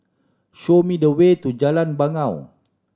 show me the way to Jalan Bangau